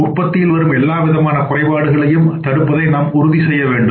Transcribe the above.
உற்பத்தியில் வரும் எல்லா விதமான குறைபாடுகளையும் தடுப்பதை நாம் உறுதி செய்ய வேண்டும்